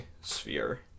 sphere